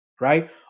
right